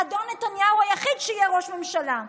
אדון נתניהו היחיד שיהיה ראש ממשלה.